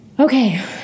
Okay